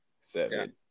seven